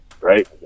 Right